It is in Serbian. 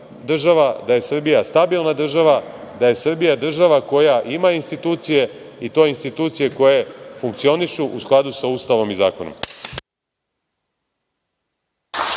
da je Srbija stabilna država, da je Srbija država koja ima institucije i to institucije koje funkcionišu u skladu sa Ustavom i zakonom.